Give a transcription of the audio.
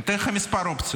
אני אתן לך מספר אופציות.